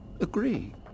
agree